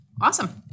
Awesome